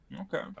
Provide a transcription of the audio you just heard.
Okay